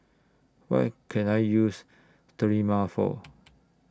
What Can I use Sterimar For